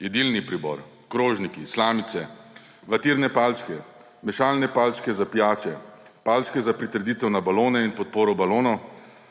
jedilni pribor, krožniki, slamice, vatirne palčke, mešalne palčke za pijače, palčke za pritrditev na balone in podporo balonov,